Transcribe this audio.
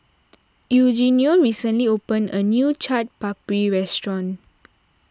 Eugenio recently opened a new Chaat Papri restaurant